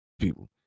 people